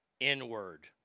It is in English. N-word